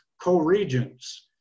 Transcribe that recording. co-regents